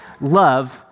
love